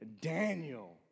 Daniel